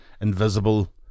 invisible